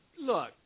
Look